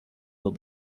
will